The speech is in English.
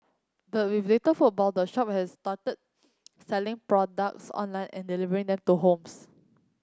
but with little footfall the shop has started selling products online and delivering them to homes